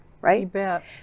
right